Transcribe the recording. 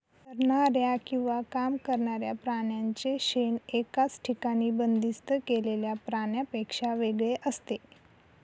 चरणाऱ्या किंवा काम करणाऱ्या प्राण्यांचे शेण एकाच ठिकाणी बंदिस्त केलेल्या प्राण्यांपेक्षा वेगळे असते